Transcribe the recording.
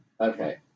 Okay